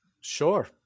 Sure